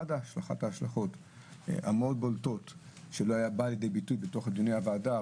אחת ההשלכות המאוד בולטות שלא היה לידי ביטוי בתוך דיוני הוועדה,